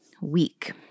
week